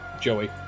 Joey